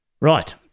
right